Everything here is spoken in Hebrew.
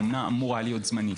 אומנה אמורה להיות זמנית.